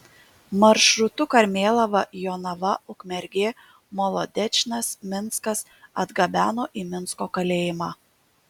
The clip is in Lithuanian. maršrutu karmėlava jonava ukmergė molodečnas minskas atgabeno į minsko kalėjimą